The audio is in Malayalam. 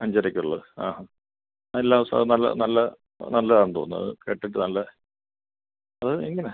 അഞ്ചരക്കുള്ളത് ആ എല്ലാ ദിവസം നല്ല നല്ല നല്ലതാണ് തോന്നുന്നത് അത് കേട്ടിട്ട് നല്ല അത് എങ്ങനെ